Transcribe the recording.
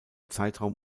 zeitraum